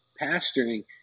Pastoring